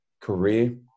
career